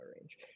range